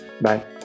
Bye